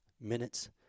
minutes